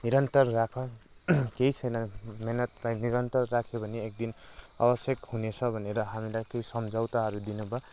निरन्तर राख केही छैन मेहनतलाई निरन्तर राख्यो भने एकदिन आवश्यक हुनेछ भनेर हामीलाई केही समझौताहरू दिनुभयो